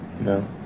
No